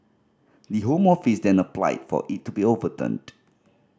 the Home Office then applied for it to be overturned